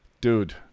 dude